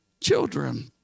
children